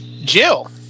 Jill